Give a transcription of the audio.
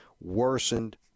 worsened